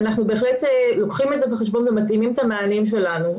אנחנו בהחלט לוקחים את זה בחשבון ומתאימים את המענים שלנו.